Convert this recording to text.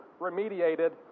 remediated